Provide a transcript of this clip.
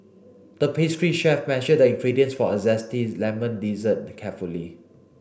the pastry chef measured the ingredients for a zesty lemon dessert carefully